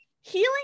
Healing